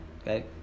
Okay